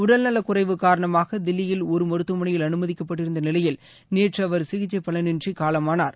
உடலநலக் குறைவு காரணமாக தில்லியில் ஒரு மருத்துவமனையில் அனுமதிக்கப்பட்டிருந்த நிலையில் நேற்று அவர் சிகிச்சை பலனின்றி காலமானார்